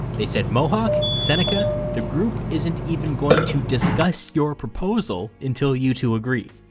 they said mohawk, seneca, the group isn't even going to discuss your proposal until you two agree.